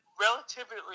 relatively